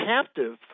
captive